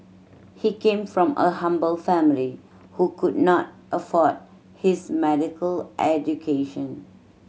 he came from a humble family who could not afford his medical education